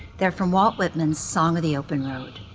they're from walt whitman, song of the open road.